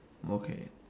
okay